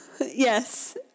Yes